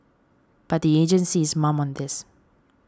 but the agency is mum on this